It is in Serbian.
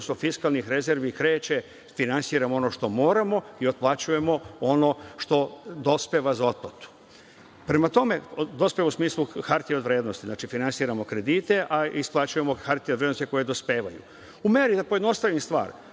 fiskalnih rezervi kreće, finansiramo ono što moramo i otplaćujemo ono što dospeva za otplatu. Dospeva u smislu hartija od vrednosti. Znači, finansiramo kredite, a isplaćujemo hartije od vrednosti koje dospevaju.U meri da pojednostavim stvar,